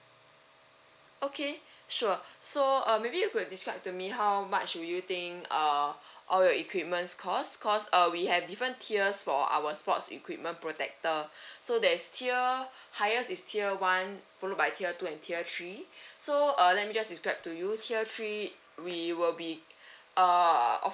okay sure so uh maybe you could describe to me how much do you think uh all your equipments cost cause uh we have different tiers for our sports equipment protector so there's tier highest is tier one followed by tier two and tuer three so uh let me just describe to you tier three we will be uh of~